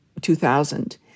2000